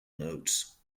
notes